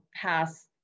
pass